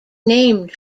named